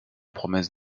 promesse